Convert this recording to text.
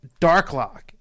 Darklock